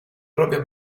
proprie